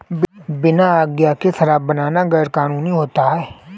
बिना आज्ञा के शराब बनाना गैर कानूनी होता है